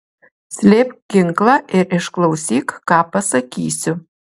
slėpk ginklą ir išklausyk ką pasakysiu